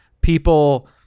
people